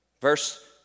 Verse